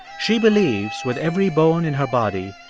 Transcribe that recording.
she believes, with every bone in her body,